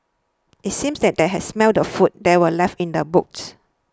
it seemed that they had smelt the food that were left in the boot